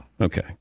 Okay